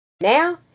Now